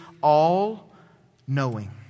all-knowing